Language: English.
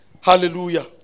Hallelujah